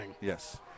Yes